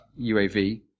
UAV